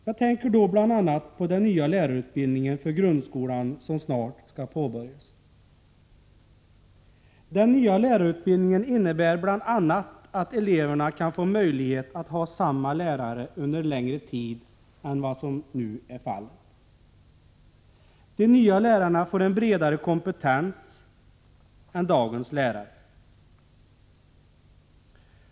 Jag tänker bl.a. på den nya lärarutbildningen för grundskolan som snart skall påbörjas. Den nya lärarutbildningen innebär bl.a. att eleverna kan få möjlighet att ha samma lärare under längre tid än vad som nu är fallet. De nya lärarna får en bredare kompetens än dagens lärare har.